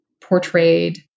portrayed